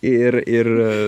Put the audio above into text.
ir ir